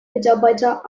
mitarbeiter